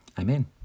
Amen